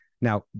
now